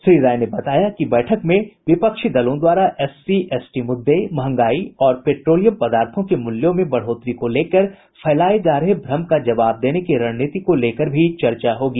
श्री राय ने बताया कि बैठक में विपक्षी दलों द्वारा एससी एसटी मुद्दे महंगाई और पेट्रोलियम पदार्थों के मूल्यों में बढ़ोत्तरी को लेकर फैलाये जा रहे भ्रम का जबाव देने की रणनीति को लेकर भी चर्चा होगी